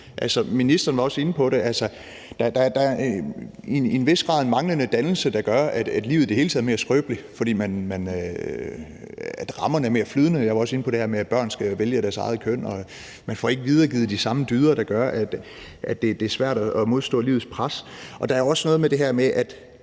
ministeren var også inde på det. Altså, det er i en vis grad en manglende dannelse, der gør, at livet i det hele taget er mere skrøbeligt, altså fordi rammerne er mere flydende. Jeg var også inde på det her med, at børn skal vælge deres eget køn, og at man ikke får videregivet de samme dyder, hvilket gør, at det er svært at modstå livets pres. Der er også noget med, at